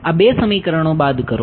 આ બે સમીકરણો બાદ કરો